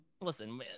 listen